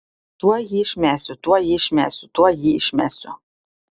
tuoj jį išmesiu tuoj jį išmesiu tuoj jį išmesiu